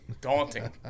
daunting